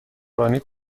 رانی